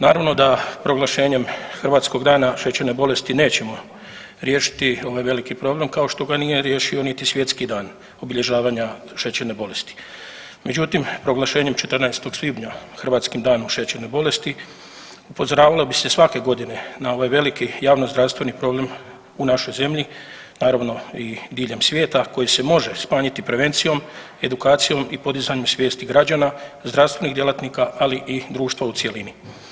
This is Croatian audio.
Naravno da proglašenjem Hrvatskog dana šećerne bolesti nećemo riješiti ovaj veliki problem kao što ga nije riješio niti Svjetski dan obilježavanja šećerne bolesti, međutim proglašenjem 14. svibnja Hrvatskim danom šećerne bolesti upozoravalo bi se svake godine na ovaj veliki javnozdravstveni problem u našoj zemlji, naravno i diljem svijeta koji se može smanjiti prevencijom, edukacijom i podizanjem svijesti građana, zdravstvenih djelatnika, ali i društva u cjelini.